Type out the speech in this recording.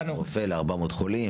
רופא לכל 400 חולים,